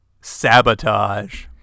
sabotage